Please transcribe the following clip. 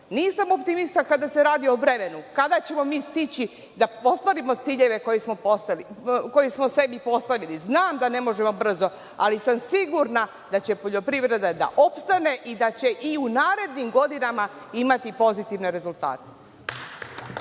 Nisam optimista kada se radi o vremenu, kada ćemo mi stići da postignemo ciljeve koje smo sebi postavili. Znam da ne može brzo, ali sam sigurna da će poljoprivreda da opstane i da će i u narednim godinama imati pozitivne rezultate.